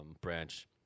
branch